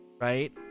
right